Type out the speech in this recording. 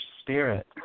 spirit